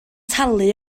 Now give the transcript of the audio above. talu